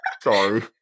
Sorry